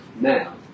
now